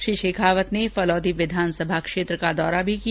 श्री शेखावत ने फलौदी विधानसभा क्षेत्र का दौरा भी किया